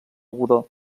godó